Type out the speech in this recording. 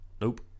Nope